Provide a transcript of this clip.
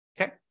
okay